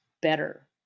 better